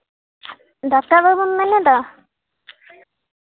doctor ᱵᱟᱹᱵᱩᱢ ᱢᱮᱱᱮᱫᱟ